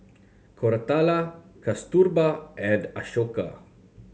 Koratala Kasturba and Ashoka